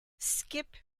skip